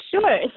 sure